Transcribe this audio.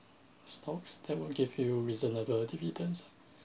stocks that will give you reasonable dividends